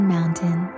Mountain